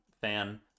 fan